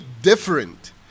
different